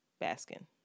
Baskin